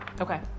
Okay